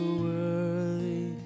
worthy